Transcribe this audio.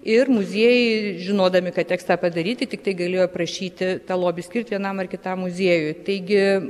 ir muziejai žinodami kad teks tą padaryti tiktai galėjo prašyti tą lobį skirti vienam ar kitam muziejui taigi